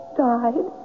died